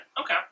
okay